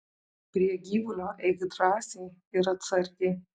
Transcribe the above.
prie gyvulio eik drąsiai ir atsargiai